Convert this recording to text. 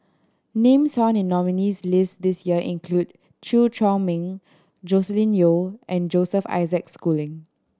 names found in nominees' list this year include Chew Chor Meng Joscelin Yeo and Joseph Isaac Schooling